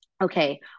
okay